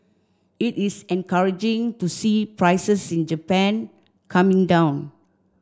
it is encouraging to see prices in Japan coming down